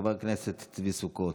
חבר הכנסת צבי סוכות,